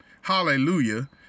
Hallelujah